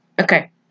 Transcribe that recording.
Okay